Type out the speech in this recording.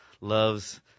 loves